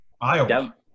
Iowa